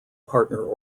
partner